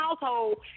household